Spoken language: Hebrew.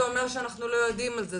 זה אומר שאנחנו לא יודעים על זה,